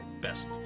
best